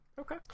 Okay